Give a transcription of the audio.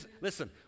listen